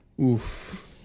Oof